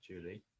Julie